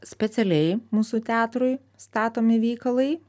specialiai mūsų teatrui statomi veikalai